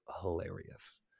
hilarious